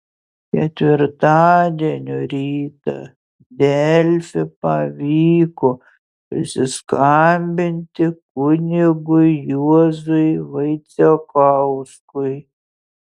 ketvirtadienio rytą delfi pavyko prisiskambinti kunigui juozui vaicekauskui